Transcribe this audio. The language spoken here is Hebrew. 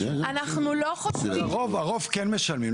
אנחנו לא חושבים --- הרוב כן משלמים.